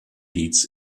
dietz